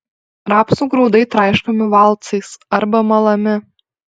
rapsų grūdai traiškomi valcais arba malami